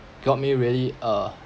got me really uh